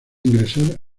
ingresar